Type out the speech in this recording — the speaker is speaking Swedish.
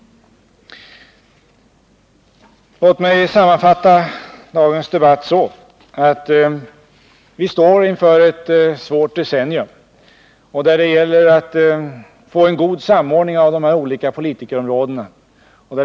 Låt mig sammanfatta dagens debatt så, att vi står inför ett svårt decennium där det gäller att få en god samordning av de olika politikerområdena.